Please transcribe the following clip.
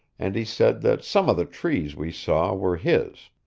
and he said that some of the trees we saw were his.